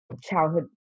childhood